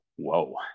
whoa